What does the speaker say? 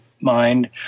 mind